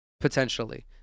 potentially